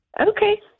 Okay